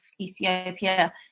Ethiopia